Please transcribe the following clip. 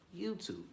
YouTube